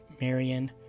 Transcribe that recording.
marion